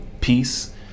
peace